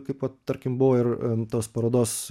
kaip vat tarkim buvo ir tos parodos